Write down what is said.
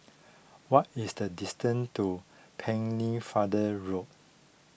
what is the distance to Pennefather Road